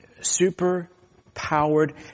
super-powered